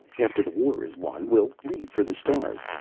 after the war is won, we'll leave for the stars.